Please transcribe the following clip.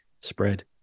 spread